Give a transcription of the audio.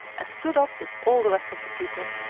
and stood up with all the rest of the people.